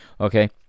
okay